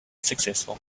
successful